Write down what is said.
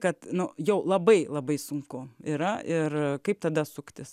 kad nu jau labai labai sunku yra ir kaip tada suktis